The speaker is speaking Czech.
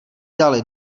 dali